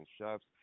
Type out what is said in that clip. chefs